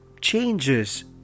changes